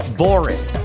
boring